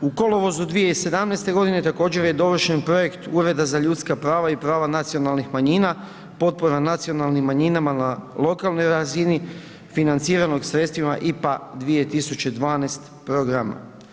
U kolovozu 2017. godine također je dovršen projekt Ureda za ljudska prava i prava nacionalnih manjina, potpora nacionalnim manjinama na lokalnoj razini, financiranog sredstvima IPA 2012 programa.